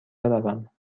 بروم